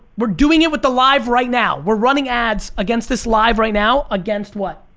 we're doing it with the live right now. we're running ads against this live right now against what?